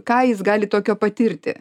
ką jis gali tokio patirti